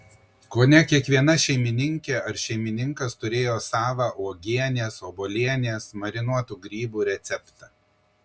kone kiekviena šeimininkė ar šeimininkas turėjo savą uogienės obuolienės marinuotų grybų receptą